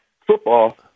football